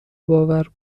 باور